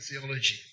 theology